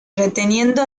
reteniendo